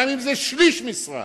גם אם זה בשליש משרה